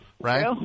right